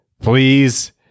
please